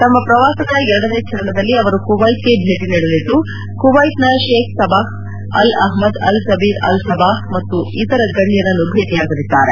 ತಮ್ಮ ಪ್ರವಾಸದ ಎರಡನೇ ಚರಣದಲ್ಲಿ ಅವರು ಕುವ್ವೆತ್ಗೆ ಭೇಟಿ ನೀಡಲಿದ್ದು ಕುವ್ವೆತ್ನ Sheikh Sabah Al Ahmad Al Jaber Al Sabah ಮತ್ತು ಇತರ ಗಣ್ಯರನ್ನು ಭೇಟಿಯಾಗಲಿದ್ದಾರೆ